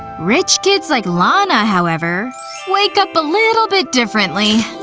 rich kids like lana, however wake up a little bit differently.